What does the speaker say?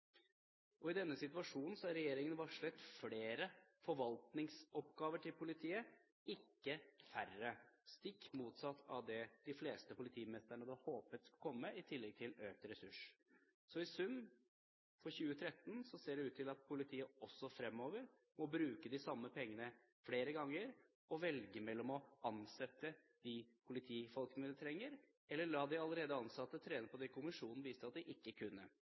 politianalyse. I denne situasjonen har regjeringen varslet flere forvaltningsoppgaver til politiet, ikke færre – det stikk motsatte av det de fleste politimestrene hadde håpet skulle komme i tillegg til økte ressurser. I sum for 2013 ser det ut til at politiet også fremover må bruke de samme pengene flere ganger, og velge mellom å ansette de politifolkene de trenger, eller la de allerede ansatte trene på det kommisjonen viste at de ikke kunne,